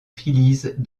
phillies